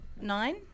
Nine